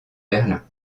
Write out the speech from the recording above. berlin